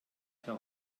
herr